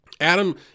Adam